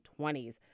20s